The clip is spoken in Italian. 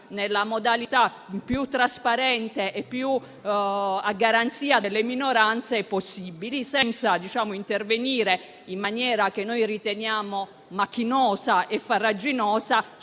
nella modalità più trasparente e più a garanzia delle minoranze possibile, senza intervenire in maniera che noi riteniamo macchinosa e farraginosa